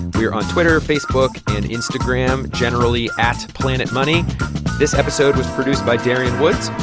we're on twitter, facebook and instagram, generally at planetmoney this episode was produced by darian woods.